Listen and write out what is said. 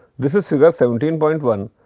this is figure seventeen point one,